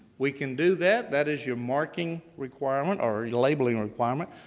we can do that. that is your marking requirement, or labeling requirement.